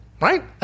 Right